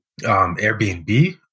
Airbnb